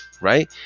right